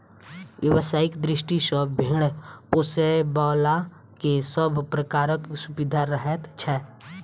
व्यवसायिक दृष्टि सॅ भेंड़ पोसयबला के सभ प्रकारक सुविधा रहैत छै